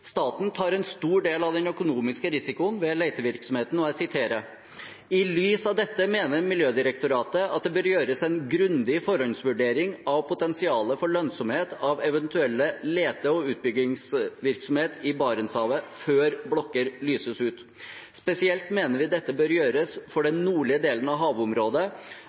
Staten tar en stor del av den økonomiske risikoen ved letevirksomheten. Det heter i Miljødirektoratets vurdering: «I lys av dette mener Miljødirektoratet at det bør gjøres en grundig forhåndsvurdering av potensialet for lønnsomhet av eventuell lete- og utbyggingsvirksomhet i Barentshavet før blokker lyses ut. Spesielt mener vi dette bør gjøres for den nordlige delen av havområdet,